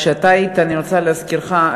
אני רוצה להזכירך,